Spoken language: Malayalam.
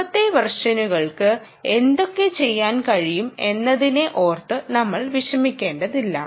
മുമ്പത്തെ വെർഷനുകൾക്ക് എന്തൊക്കെ ചെയ്യാൻ കഴിയും മെന്നതിനെ ഓർത്ത് നമ്മൾ വിഷമിക്കേണ്ടതില്ല